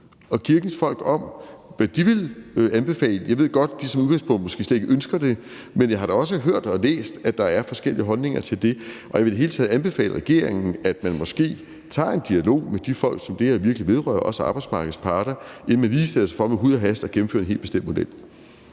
og kirkens folk om, hvad de ville anbefale. Jeg ved godt, at de som udgangspunkt måske slet ikke ønsker det. Men jeg har da også hørt og læst, at der er forskellige holdninger til det. Og jeg vil i det hele taget anbefale regeringen, at man måske tager en dialog med de folk, som det her virkelig vedrører – også arbejdsmarkedets parter – inden man lige sætter sig for i huj og hast at gennemføre en helt bestemt model.